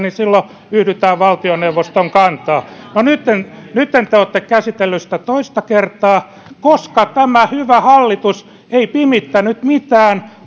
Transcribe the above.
silloin yhdytään valtioneuvoston kantaan no nytten nytten te te olette käsitelleet sitä toista kertaa koska tämä hyvä hallitus ei pimittänyt mitään